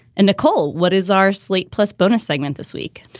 and nicole, what is our slate plus bonus segment this week?